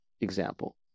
example